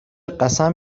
قسم